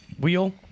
wheel